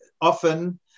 often